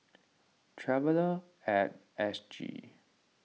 Traveller at S G